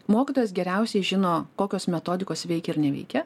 mokytojas geriausiai žino kokios metodikos veikia ir neveikia